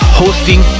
hosting